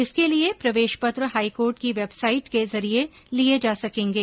इसके लिए प्रवेश पत्र हाईकोर्ट की वेबसाइट के जरिए लिए जा सकेंगे